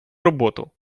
роботу